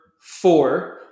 four